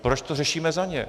Proč to řešíme za ně?